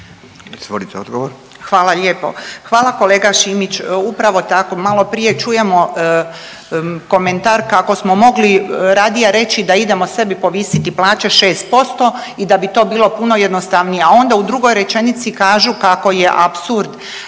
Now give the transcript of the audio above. Hvala kolega Šimić, upravo tako maloprije čujemo komentar kako smo mogli radije reći da idemo sebi povisiti plaće 6% i da ti bo bilo puno jednostavnije, a onda u drugoj rečenici kažu kako je apsurd